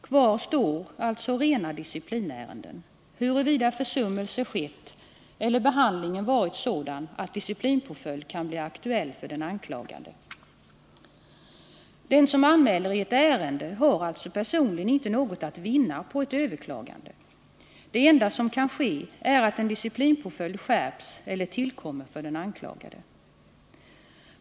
Kvar står alltså rena disciplinärenden — huruvida försummelse skett eller behandlingen varit sådan att disciplinpåföljd kan bli aktuell för den anklagade. Den som anmäler i ett ärende har alltså personligen inte något att vinna på ett överklagande. Det enda som kan ske är att en disciplinpåföljd skärps eller tillkommer för den anklagade.